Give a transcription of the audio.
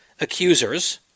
accusers